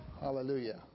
Hallelujah